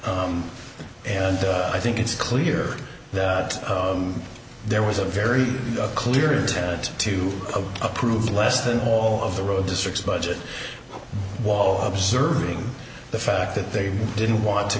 and i think it's clear that there was a very clear intent to approve less than all of the road districts budget wall observing the fact that they didn't want to